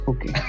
Okay